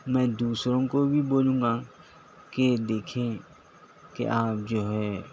میں دوسروں کو بھی بولوں گا کہ دیکھیں کہ آپ جو ہے